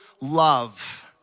love